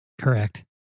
Correct